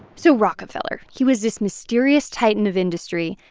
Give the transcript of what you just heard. so rockefeller, he was this mysterious titan of industry.